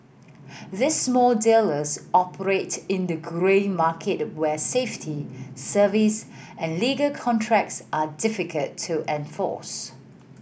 these small dealers operate in the grey market where safety service and legal contracts are difficult to enforce